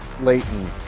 Leighton